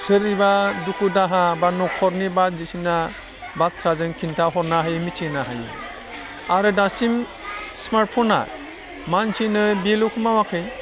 सोरनिबा दुखु दाहा बा न'खरनि बायदिसिना बाथ्रा जों खिन्थाहरनो हायो मिथिहोनो हायो आरो दासिम स्मार्ट फना मानसिनो बेखौल' मावाखै